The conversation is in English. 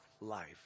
life